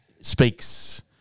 Speaks